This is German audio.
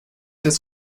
des